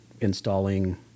installing